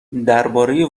درباره